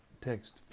Text